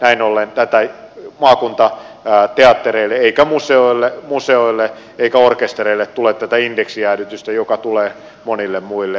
näin ollen ei maakuntateattereille eikä museoille eikä orkestereille tule tätä indeksijäädytystä joka tulee monille muille